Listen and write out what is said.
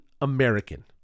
American